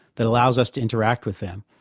that allows us to interact with them.